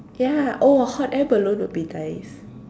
ya oh hot air balloon would be nice